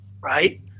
right